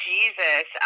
Jesus